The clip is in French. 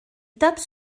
tape